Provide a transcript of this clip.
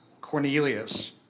Cornelius